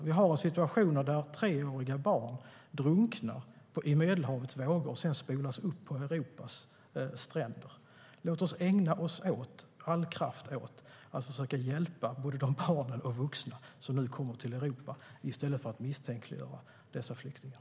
Vi har situationer där treåriga barn drunknar i Medelhavets vågor och sedan spolas upp på Europas stränder. Låt oss ägna all kraft åt att försöka hjälpa de barn och vuxna som nu kommer till Europa i stället för att misstänkliggöra dessa flyktingar!